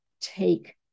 take